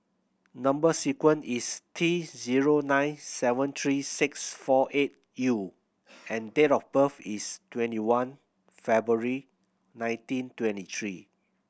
number sequence is T zero nine seven three six four eight U and date of birth is twenty one February nineteen twenty three